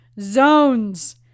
Zones